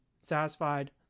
satisfied